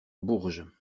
bourges